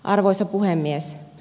arvoisa puhemies